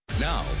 Now